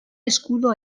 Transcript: escudo